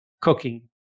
cooking